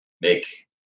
make